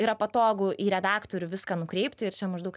yra patogu į redaktorių viską nukreipti ir čia maždaug